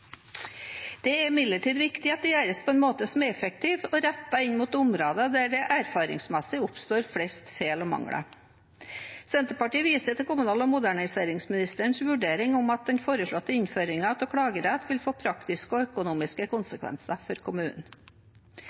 Det er imidlertid viktig at det gjøres på en måte som er effektiv og rettet inn mot områder der det erfaringsmessig oppstår flest feil og mangler. Senterpartiet viser til kommunal- og moderniseringsministerens vurdering av at den foreslåtte innføringen av klagerett vil få praktiske og økonomiske konsekvenser for